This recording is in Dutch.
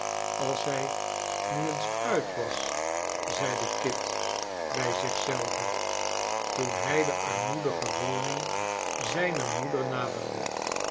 als zij nu eens uit was zeide kit bij zich zelven toen hij de armoedige woning zijner moeder naderde